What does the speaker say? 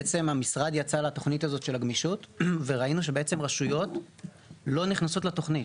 בעצם המשרד יצא לתוכנית של הגמישות וראינו שרשויות לא נכנסות לתוכנית,